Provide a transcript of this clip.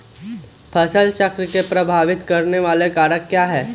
फसल चक्र को प्रभावित करने वाले कारक क्या है?